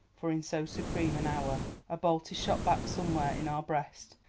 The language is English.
for in so supreme an hour a bolt is shot back somewhere in our breast,